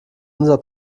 unser